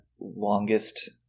longest